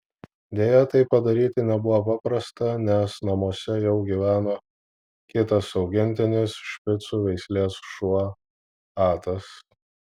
deja tai padaryti nebuvo paprasta nes namuose jau gyveno kitas augintinis špicų veislės šuo atas